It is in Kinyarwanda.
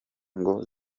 ngo